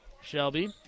Shelby